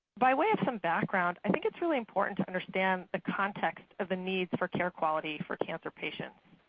by way of some background, i think it's really important to understand the context of the need for care quality for cancer patients.